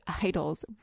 idols